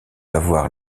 avoir